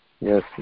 Yes